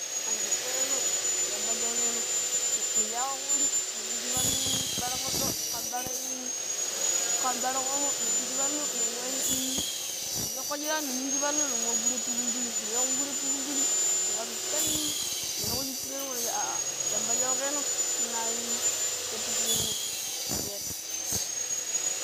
an jeddireno yamba shaune no ne ne shako kuri, niminji palluii ɓara moɗɗo, kan ɗaraii kan ɓara ƙomo ni monji pallu nin wai ii ni shocko shirano ni minji pallu nen wa kuret to kumbili nu, weh kuret to kumbili ne kabi kai ni weh shick kuret mo neca a yamba shauka no shanna shattu kuret mo ne sha toh.